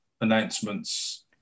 announcements